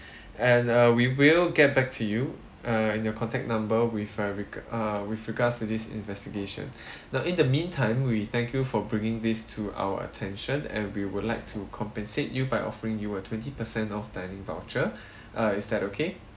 and uh we will get back to you uh and your contact number with re~ with regards to this investigation the in the meantime we thank you for bringing this to our attention and we would like to compensate you by offering you a twenty percent of dining voucher uh is that okay